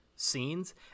scenes